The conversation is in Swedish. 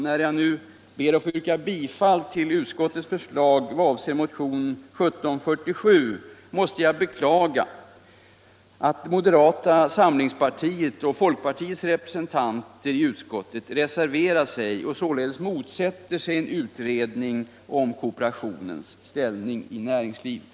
När jag nu ber att få yrka bifall till utskottets förslag vad avser motionen 1747 måste jag beklaga att moderata samlingspartiets och folkpartiets representanter i utskottet reserverat sig och således motsätter sig en utredning om kooperationens ställning i näringslivet.